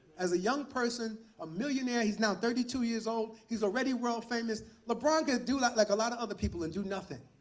as a young person, a millionaire, he's now thirty two years old. he's already world famous. lebron could do like like a lot of other people and do nothing.